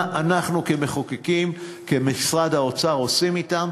מה אנחנו כמחוקקים, כמשרד האוצר, עושים אתם?